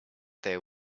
there